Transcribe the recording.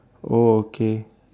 oh okay